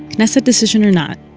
knesset decision or not,